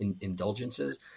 indulgences